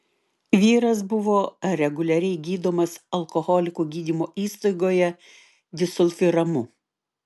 vyras buvo reguliariai gydomas alkoholikų gydymo įstaigoje disulfiramu